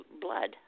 blood